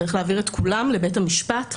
צריך להעביר את כולם לבית המשפט ישירות.